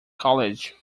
college